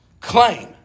claim